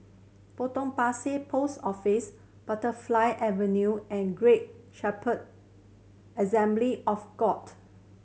Potong Pasir Post Office Butterfly Avenue and Great Shepherd Assembly of God